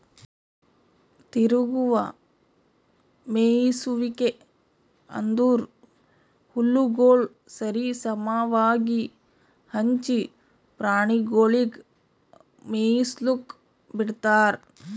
ತಿರುಗುವ ಮೇಯಿಸುವಿಕೆ ಅಂದುರ್ ಹುಲ್ಲುಗೊಳ್ ಸರಿ ಸಮವಾಗಿ ಹಂಚಿ ಪ್ರಾಣಿಗೊಳಿಗ್ ಮೇಯಿಸ್ಲುಕ್ ಬಿಡ್ತಾರ್